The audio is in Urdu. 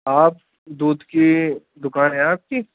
آپ دودھ کی دکان ہے آپ کی